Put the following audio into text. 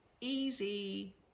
easy